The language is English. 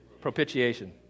Propitiation